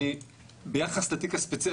ביחס לתיק הספציפי,